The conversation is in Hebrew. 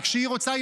וכשהיא רוצה,